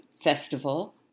Festival